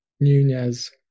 Nunez